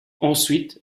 ensuite